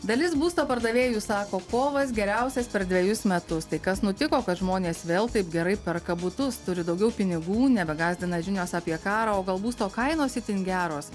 dalis būsto pardavėjų sako kovas geriausias per dvejus metus tai kas nutiko kad žmonės vėl taip gerai perka butus turi daugiau pinigų nebegąsdina žinios apie karą o gal būsto kainos itin geros